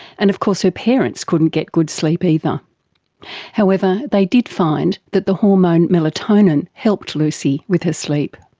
and of course her parents couldn't get good sleep either. however they did find that the hormone melatonin helped lucy with her sleep.